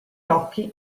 occhi